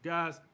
Guys